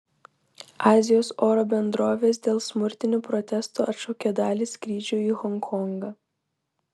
azijos oro bendrovės dėl smurtinių protestų atšaukė dalį skrydžių į honkongą